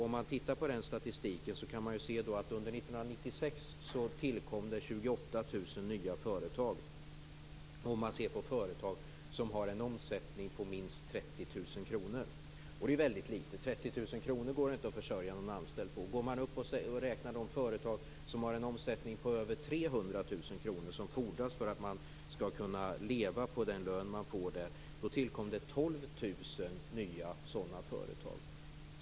Om man tittar på statistiken kan man se att år 1996 tillkom 28 000 nya företag om man räknar de företag som har en omsättning på minst 30 000 kr. Det är väldigt litet. Det går inte att försörja någon anställd på 30 000 kr. Räknar man de företag som har en omsättning på över 300 000 kr, vilket fordras om man skall kunna leva på den lön man får, tillkom 12 000 nya sådana företag.